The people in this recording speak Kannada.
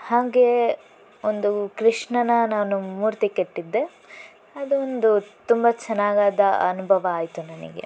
ಹಾಗೆ ಒಂದು ಕೃಷ್ಣನ ನಾನು ಮೂರ್ತಿ ಕೆತ್ತಿದ್ದೆ ಅದೊಂದು ತುಂಬ ಚೆನ್ನಾಗಾದ ಅನುಭವ ಆಯಿತು ನನಗೆ